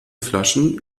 flaschen